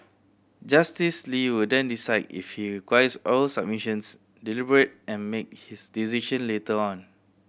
Justice Lee will then decide if he requires oral submissions deliberate and make his decision later on